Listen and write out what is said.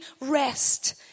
rest